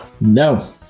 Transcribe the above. No